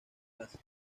casi